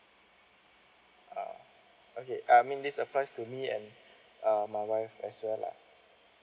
uh okay uh mean this applies to me and uh my wife as well lah